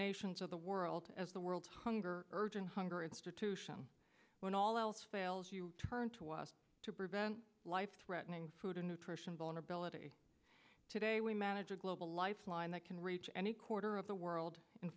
nations of the world as the world hunger urgent hunger institution when all else fails you turn to us to prevent life threatening food and nutrition vulnerability today we manage a global lifeline that can reach any quarter of the world